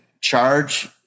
charge